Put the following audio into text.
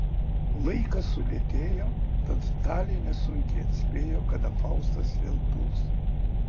laikas sulėtėjo tad talė nesunkiai atspėjo kada faustas vėl puls